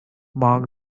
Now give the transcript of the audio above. mark